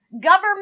Government